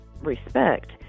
respect